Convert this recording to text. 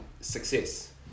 success